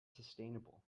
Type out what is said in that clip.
sustainable